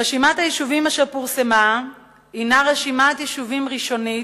רשימת היישובים אשר פורסמה הינה רשימת יישובים ראשונית,